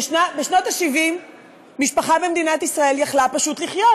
בשנות ה-70 משפחה במדינת ישראל יכלה פשוט לחיות.